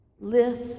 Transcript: Lift